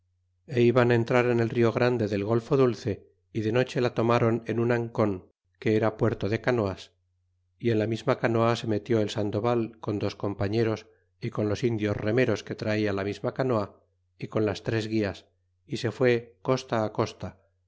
maiz iban entrar en el rio gran del golfo dulce y de noche la tomron en un ancon que era puerto de canoas y en la misma canoa se metió el sandoval con dos compañeros y con los indios remeros que traia la misma canoa y con las tres gulas y se fue costa costa